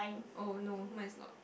oh no mine is not